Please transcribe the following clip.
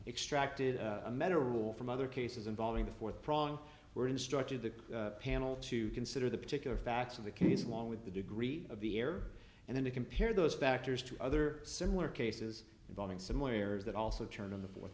extracted a measurable from other cases involving the fourth prong were instructed the panel to consider the particular facts of the case along with the degree of the air and then to compare those factors to other similar cases involving some lawyers that also turned in the fourth